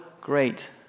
great